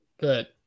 Good